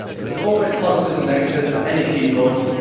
there's always positives and negatives for any keyboard.